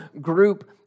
group